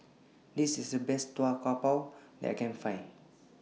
This IS The Best Tau Kwa Pau that I Can Find